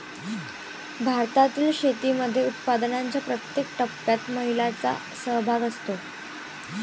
भारतातील शेतीमध्ये उत्पादनाच्या प्रत्येक टप्प्यात महिलांचा सहभाग असतो